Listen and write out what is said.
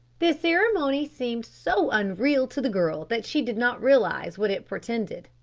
the ceremony seemed so unreal to the girl that she did not realise what it portended,